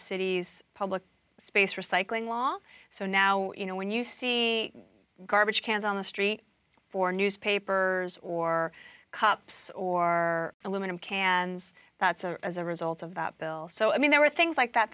city's public space recycling law so now you know when you see garbage cans on the street for newspapers or cups or aluminum cans that's as a result of that bill so i mean there were things like that